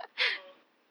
so